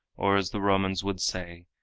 or as the romans would say,